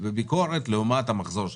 משקיע בביקורת לעומת המחזור שלך.